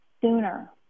sooner